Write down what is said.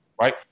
right